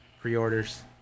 pre-orders